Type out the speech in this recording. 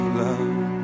love